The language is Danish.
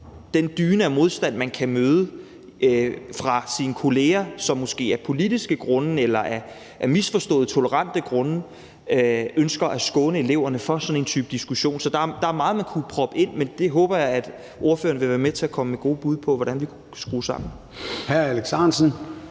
den dyne af modstand, man kan møde fra sine kolleger, som måske af politiske grunde eller ud fra misforstået tolerance ønsker at skåne eleverne for sådan en type diskussion. Så der er meget, man kunne proppe ind, og jeg håber, at ordføreren vil være med til at komme med gode bud på, hvordan vi kunne skrue det sammen.